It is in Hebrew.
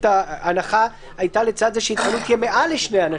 ההנחה הייתה לצד זה שהתקהלות כמעל לשני אנשים.